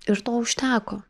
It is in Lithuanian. ir to užteko